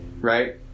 right